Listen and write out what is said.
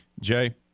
Jay